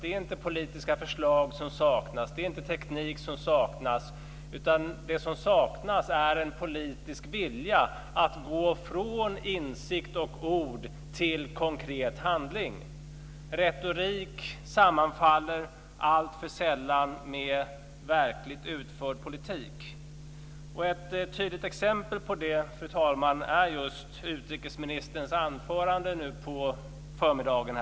Det är inte politiska förslag eller teknik som saknas. Det stora problemet, tror jag, är att det saknas en politisk vilja att gå från insikt och ord till konkret handling. Retorik sammanfaller alltför sällan med verkligt utförd politik. Ett tydligt exempel på det, fru talman, är just utrikesministerns anförande här på förmiddagen.